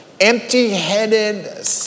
empty-headed